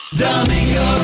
Domingo